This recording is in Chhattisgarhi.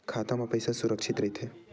खाता मा पईसा सुरक्षित राइथे?